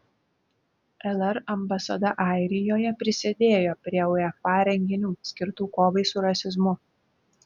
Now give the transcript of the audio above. lr ambasada airijoje prisidėjo prie uefa renginių skirtų kovai su rasizmu